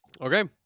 Okay